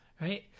right